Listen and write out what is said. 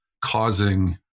causing